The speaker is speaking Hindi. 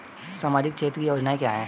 सामाजिक क्षेत्र की योजनाएं क्या हैं?